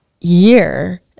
year